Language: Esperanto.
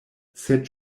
sed